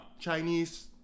Chinese